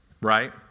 right